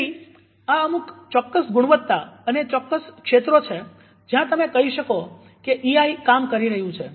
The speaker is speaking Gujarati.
તેથી આ અમુક ચોક્કસ ગુણવત્તા અને ચોક્કસ ક્ષેત્રો છે જ્યાં તમે કહી શકો કે ઈઆઈ કામ કરી રહ્યું છે